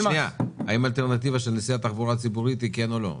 האם האלטרנטיבה של נסיעה בתחבורה ציבורית קיימת או לא.